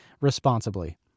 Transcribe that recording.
responsibly